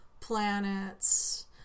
planets